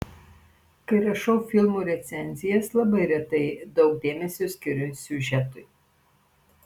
kai rašau filmų recenzijas labai retai daug dėmesio skiriu siužetui